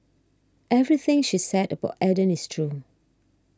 everything she said about Eden is true